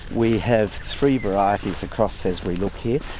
we have three varieties across as we look here.